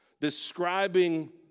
describing